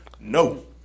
No